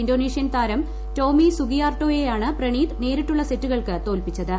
Indonesian താരം Tommy സുഗിയാർട്ടോയെയാണ് പ്രണീത് നേരിട്ടുള്ള സെറ്റുകൾക്ക് തോൽപ്പിച്ചത്